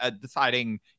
deciding